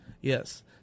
Yes